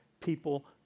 people